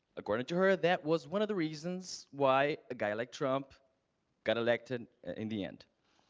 according to her, that was one of the reasons why a guy like trump got elected in the end.